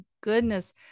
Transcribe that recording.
goodness